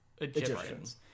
Egyptians